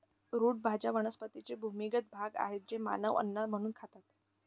route भाज्या वनस्पतींचे भूमिगत भाग आहेत जे मानव अन्न म्हणून खातात